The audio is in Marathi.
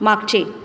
मागचे